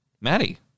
Maddie